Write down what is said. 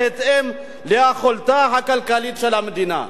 ובהתאם ליכולתה הכלכלית של המדינה".